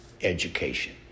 education